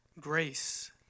grace